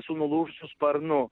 su nulūžusiu sparnu